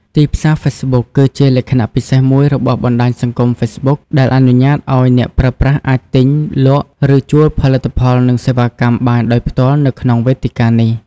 ទីផ្សារហ្វេសប៊ុក គឺជាលក្ខណៈពិសេសមួយរបស់បណ្តាញសង្គមហ្វេសប៊ុក ដែលអនុញ្ញាតឱ្យអ្នកប្រើប្រាស់អាចទិញ លក់ ឬជួលផលិតផលនិងសេវាកម្មបានដោយផ្ទាល់នៅក្នុងវេទិកានេះ។